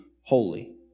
holy